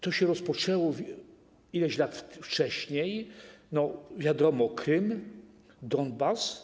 To się rozpoczęło ileś lat wcześniej, wiadomo Krym, Donbas.